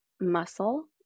muscle